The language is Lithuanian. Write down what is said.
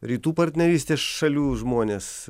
rytų partnerystės šalių žmonės